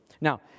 Now